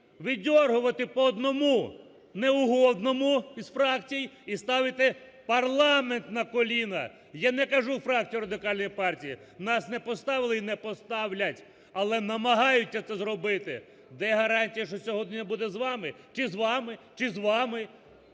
видергувати по одному неугодному із фракцій і ставити парламент на коліна. Я не кажу, фракцію Радикальної партії, нас не поставили і не поставлять, але намагаються це зробити. Де гарантія, що сьогодні буде з вами, чи з вами, чи з вами?